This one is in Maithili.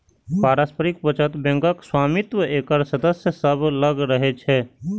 पारस्परिक बचत बैंकक स्वामित्व एकर सदस्य सभ लग रहै छै